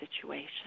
situation